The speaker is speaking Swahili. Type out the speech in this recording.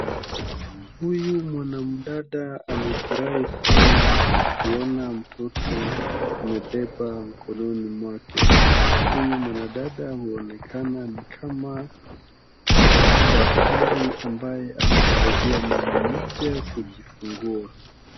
Huyu mwanamdada amefurahi sana akiona mtoto amebeba mkononi mwake. Huyu mwnadada huonekana ni kama daktari ambaye amemsaidia mama mmoja kujifungua.